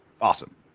awesome